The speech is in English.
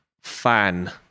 fan